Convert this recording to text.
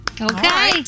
Okay